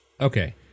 Okay